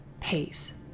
pace